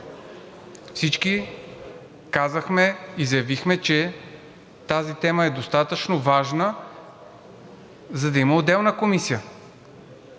Всички казахме и заявихме, че тази тема е достатъчно важна, за да има отделна комисия,